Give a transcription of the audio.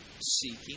seeking